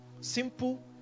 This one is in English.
Simple